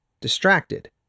distracted